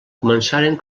començaren